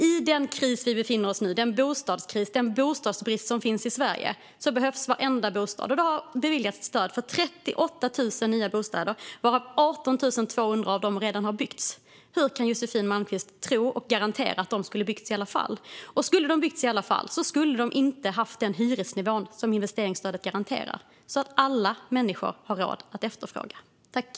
I den kris vi nu befinner oss i - en bostadskris med bostadsbrist i Sverige - behövs varenda bostad. Det har beviljats stöd för 38 000 nya bostäder, varav 18 200 redan har byggts. Hur kan Josefin Malmqvist garantera att de skulle ha byggts i alla fall? Och om de i alla fall skulle ha byggts skulle de inte ha haft den hyresnivå som investeringsstödet garanterar, så att alla människor har råd att efterfråga dem.